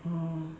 oh